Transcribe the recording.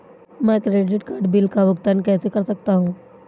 मैं credit card bill का भुगतान कैसे कर सकता हूं?